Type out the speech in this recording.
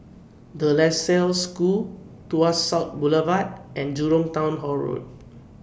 De La Salle School Tuas South Boulevard and Jurong Town Hall Road